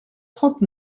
trente